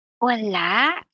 Wala